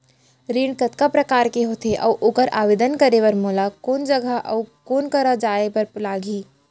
ऋण कतका प्रकार के होथे अऊ ओखर आवेदन करे बर मोला कोन जगह अऊ कोन करा जाए बर लागही?